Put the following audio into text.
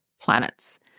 planets